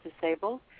disabled